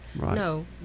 no